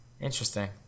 Interesting